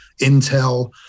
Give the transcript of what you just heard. Intel